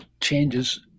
changes